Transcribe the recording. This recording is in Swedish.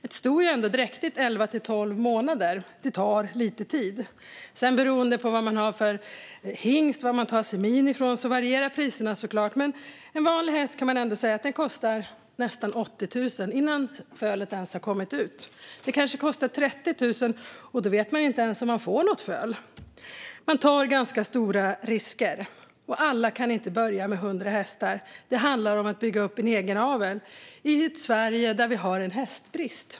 Ett sto är ändå dräktigt elva till tolv månader. Det tar lite tid. Alla kan inte börja med 100 hästar. Det handlar om att bygga upp en egen avel i ett Sverige där vi har en hästbrist.